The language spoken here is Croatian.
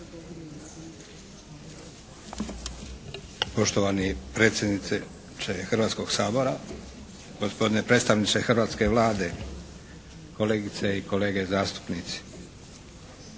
Poštovani predsjedniče Hrvatskog sabora, gospodine predstavniče hrvatske Vlade, kolegice i kolege zastupnici.